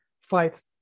fights